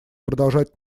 продолжать